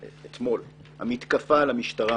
אתמול, המתקפה על המשטרה,